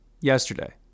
yesterday